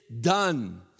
done